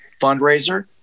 fundraiser